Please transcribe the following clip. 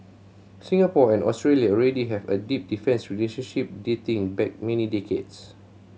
Singapore and Australia already have a deep defence relationship dating back many decades